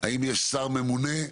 האם יש שר ממונה?